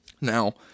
Now